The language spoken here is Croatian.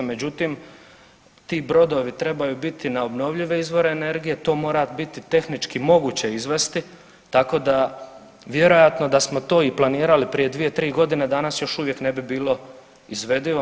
Međutim, ti brodovi moraju biti na obnovljive izvore energije, to mora biti tehnički moguće izvesti, tako da vjerojatno da smo to i planirali prije 2-3.g. danas još uvijek ne bi bilo izvedivo.